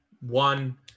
One